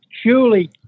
surely